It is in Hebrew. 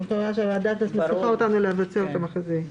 אני מקווה שהוועדה מסמיכה אותנו לבצע אותם אחרי כן.